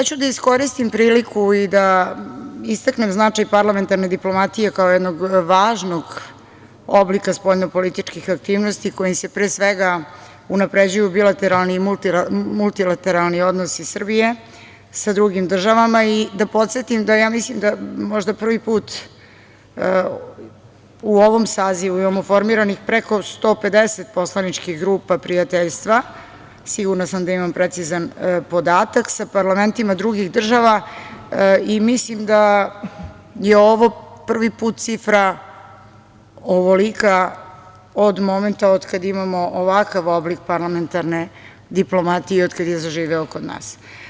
Iskoristiću priliku i da istaknem značaj parlamentarne diplomatije kao jednog važnog oblika spoljnopolitičkih aktivnosti kojim se pre svega unapređuju bilateralni i multilateralni odnosi Srbije sa drugim državama i da podsetim da mislim da možda prvi put u ovom sazivu imamo formiranih preko 150 poslaničkih grupa prijateljstva, sigurna sam da imam precizan podatak, sa parlamentima drugih država i mislim da je ovo prvi put cifra ovolika od momenta od kada imamo ovakav oblik parlamentarne diplomatije i od kada je zaživeo kod nas.